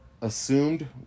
assumed